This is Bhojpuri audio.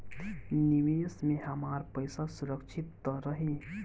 निवेश में हमार पईसा सुरक्षित त रही?